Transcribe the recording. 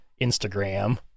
Instagram